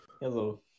Hello